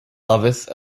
loveth